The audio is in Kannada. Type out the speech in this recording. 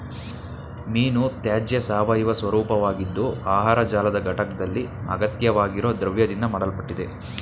ಮೀನುತ್ಯಾಜ್ಯ ಸಾವಯವ ಸ್ವರೂಪವಾಗಿದ್ದು ಆಹಾರ ಜಾಲದ ಘಟಕ್ದಲ್ಲಿ ಅಗತ್ಯವಾಗಿರೊ ದ್ರವ್ಯದಿಂದ ಮಾಡಲ್ಪಟ್ಟಿದೆ